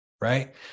right